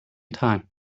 time